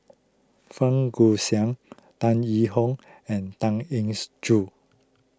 Fang Guixiang Tan Yee Hong and Tan Engs Joo